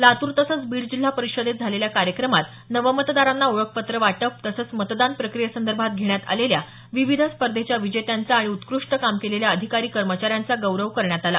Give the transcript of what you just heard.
लातूर तसंच बीड जिल्हा परिषदेत झालेल्या कार्यक्रमात नवमतदारांना ओळख पत्र वाटप तसंच मतदान प्रक्रियेसंदर्भात घेण्यात आलेल्या विविध स्पर्धेच्या विजेत्यांचा आणि उत्कृष्ट काम केलेल्या अधिकारी कर्मचाऱ्यांचा गौरव करण्यात आला